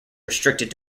restricted